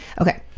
okay